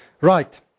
Right